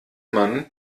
man